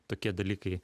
tokie dalykai